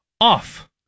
Off